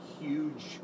huge